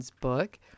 book